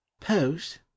pose